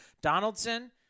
Donaldson –